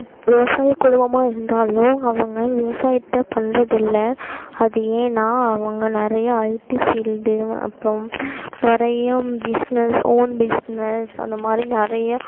இப்போது விவசாய குடும்பமாக இருந்தாலும் அவங்க விவசாயத்தை பண்ணுறது இல்லை அது ஏன்னா அவங்க நிறையா ஐட்டி ஃபீல்டு அப்றம் நிறையா பிஸ்னஸ் வோன் பிஸ்னஸ் அந்தமாதிரி நிறையா